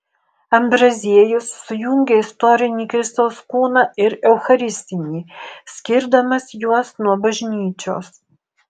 ambraziejus sujungia istorinį kristaus kūną ir eucharistinį skirdamas juos nuo bažnyčios